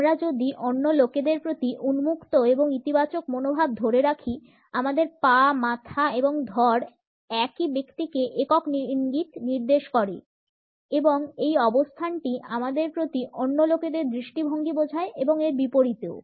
আমরা যদি অন্য লোকেদের প্রতি উন্মুক্ত এবং ইতিবাচক মনোভাব ধরে রাখি আমাদের পা মাথা এবং ধড় একই ব্যক্তিকে একক ইঙ্গিত নির্দেশ করে এবং এই অবস্থানটি আমাদের প্রতি অন্য লোকেদের দৃষ্টিভঙ্গি বোঝায় এবং এর বিপরীতেও